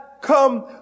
come